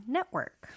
Network